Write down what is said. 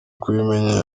kubimenya